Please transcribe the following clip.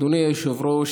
אדוני היושב-ראש,